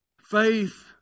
Faith